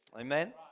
amen